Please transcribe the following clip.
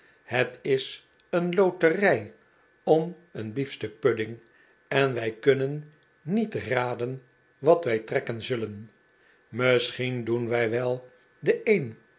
het is een loterij om eeri biefstuk pudding en wij kunnen niet raden wat wij trekken zullen misschien doen wij wel de een